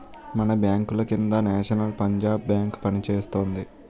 మన బాంకుల కింద నేషనల్ పంజాబ్ బేంకు పనిచేస్తోంది